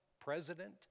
president